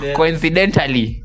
coincidentally